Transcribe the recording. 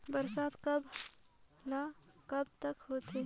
बरसात कब ल कब तक होथे?